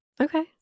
Okay